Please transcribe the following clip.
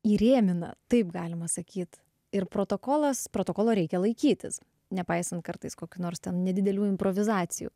įrėmina taip galima sakyt ir protokolas protokolo reikia laikytis nepaisant kartais kokių nors nedidelių improvizacijų